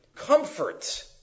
Comfort